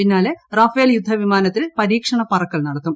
പിന്നാലെ റാഫേൽ യുദ്ധ വിമാനത്തിൽ പരീക്ഷണ പറക്കൽ നടത്തും